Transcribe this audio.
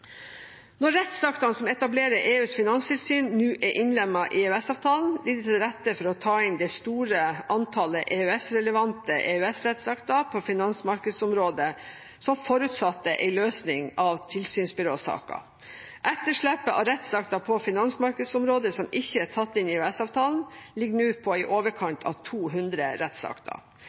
Når rettsaktene som etablererer EUs finanstilsyn, nå er innlemmet i EØS-avtalen, ligger det til rette for å ta inn det store antallet EØS-relevante EU-rettsakter på finansmarkedsområdet som forutsatte en løsning av tilsynsbyråsaken. Etterslepet av rettsakter på finansmarkedsområdet som ikke er tatt inn i EØS-avtalen, ligger nå på i overkant av 200 rettsakter.